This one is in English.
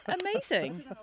Amazing